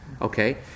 okay